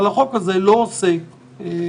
אבל החוק הזה לא עוסק בו.